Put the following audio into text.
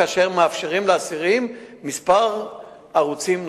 כאשר מאפשרים לאסירים כמה ערוצים נוספים.